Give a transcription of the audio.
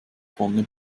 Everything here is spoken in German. vorne